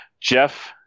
Jeff